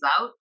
out